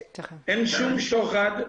אין שום שוחד,